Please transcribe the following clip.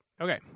Okay